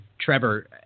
Trevor